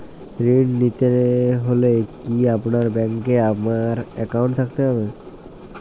ঋণ নিতে হলে কি আপনার ব্যাংক এ আমার অ্যাকাউন্ট থাকতে হবে?